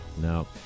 No